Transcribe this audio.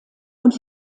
und